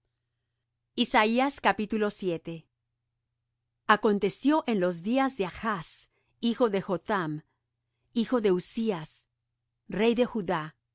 acontecio en los días de achz hijo de jotham hijo de uzzías rey de judá